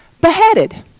beheaded